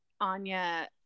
Anya